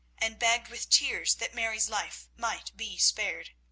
and begged with tears that mary's life might be spared.